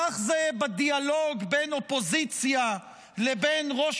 כך זה בדיאלוג בין אופוזיציה לבין ראש